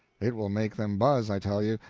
it will make them buzz, i tell you!